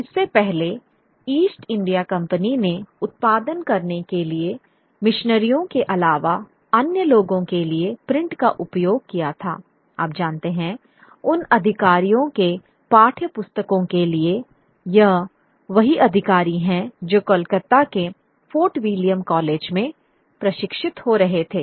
इससे पहले East India company ने उत्पादन करने के लिए मिशनरियों के अलावा अन्य लोगों के लिए प्रिंट का उपयोग किया था आप जानते हैं उन अधिकारियों के पाठ्यपुस्तकों के लिएयह वही अधिकारी हैं जो कलकत्ता के फोर्ट विलियम कॉलेज में प्रशिक्षित हो रहे थे